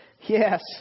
Yes